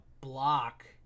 block